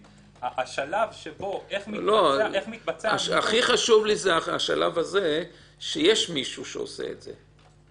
השלב הכי חשוב לי זה שיש מישהו שעושה את זה.